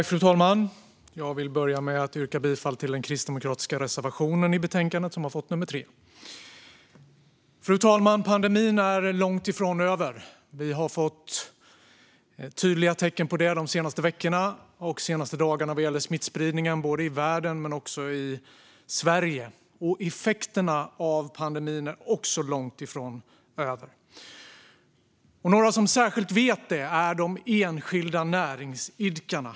Fru talman! Jag vill börja med att yrka bifall till den kristdemokratiska reservationen som har fått nr 3 i betänkandet. Fru talman! Pandemin är långt ifrån över. Vi har fått tydliga tecken på det de senaste veckorna och dagarna vad gäller smittspridningen både i världen och i Sverige. Effekterna av pandemin är också långt ifrån över. Några som särskilt vet detta är de enskilda näringsidkarna.